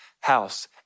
house